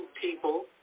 people